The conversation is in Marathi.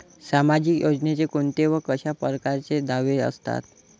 सामाजिक योजनेचे कोंते व कशा परकारचे दावे असतात?